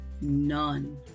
none